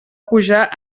pujar